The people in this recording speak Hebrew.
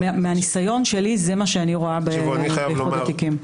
מהניסיון שלי, זה מה שאני רואה באיחוד התיקים.